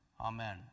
Amen